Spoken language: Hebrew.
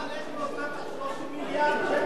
אבל איך נוצר בור של 30 מיליארד שקל?